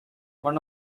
one